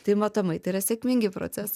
tai matomai tai yra sėkmingi procesai